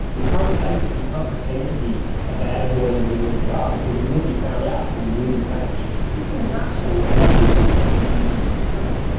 you can't fake it, you can't pretend to be a badder boy than you really are because you will be found out and you will be punished. just in a nutshell, what what difference between countries did you find?